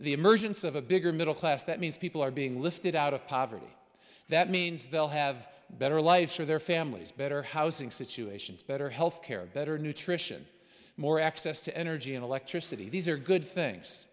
the emergence of a bigger middle class that means people are being lifted out of poverty that means they'll have better life for their families better housing situations better health care better nutrition more access to energy and electricity these are good things